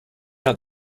out